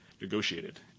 negotiated